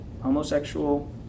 homosexual